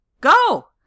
Go